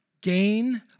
gain